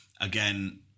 again